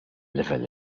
livell